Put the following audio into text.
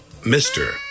Mr